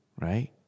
Right